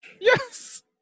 Yes